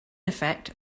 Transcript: effect